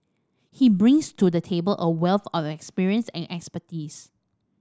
he brings to the table a wealth of experience and expertise